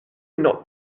not